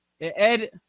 Ed